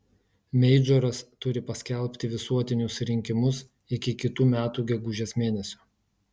meidžoras turi paskelbti visuotinius rinkimus iki kitų metų gegužės mėnesio